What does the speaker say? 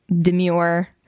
demure